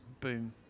Boom